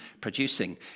producing